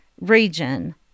region